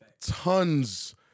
tons